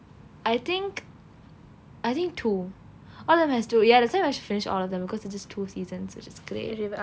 I think I think two all of them has two ya that's why I managed to finish all of them because it is two seasons which is great